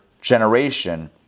generation